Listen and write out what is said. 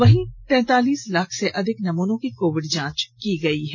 वहीं तैंतालीस लाख से अधिक नमूनों की कोविड जांच की गई है